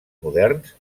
moderns